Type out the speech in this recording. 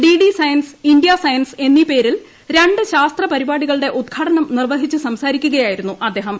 DD science India science എന്നീ പേരിൽ രണ്ട് ശാസ്ത്ര പരിപാടികളുടെ ഉദ്ഘാടനം നിർവഹിച്ചു സംസാരിക്കുകയായിരുന്നു അദ്ദേഹം